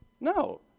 No